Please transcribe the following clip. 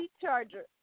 charger